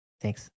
Thanks